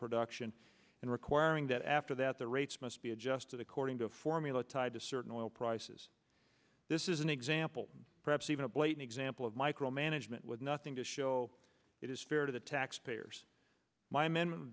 production and requiring that after that the rates must be adjusted according to a formula tied to certain oil prices this is an example perhaps even a blatant example of micromanagement with nothing to show it is fair to the taxpayers my m